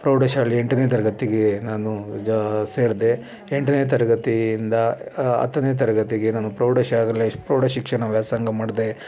ಪ್ರೌಢಶಾಲೆ ಎಂಟನೇ ತರಗತಿಗೆ ನಾನು ಜಾ ಸೇರಿದೆ ಎಂಟನೇ ತರಗತಿಯಿಂದ ಹತ್ತನೇ ತರಗತಿಗೆ ನಾನು ಪ್ರೌಢಶಾಲೆ ಪ್ರೌಢ ಶಿಕ್ಷಣ ವ್ಯಾಸಂಗ ಮಾಡಿದೆ